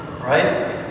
right